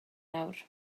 nawr